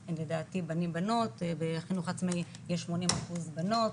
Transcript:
הם לדעתי בנים בנות, בחינוך העצמאי יש 80% בנות